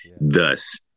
thus